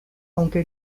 aunque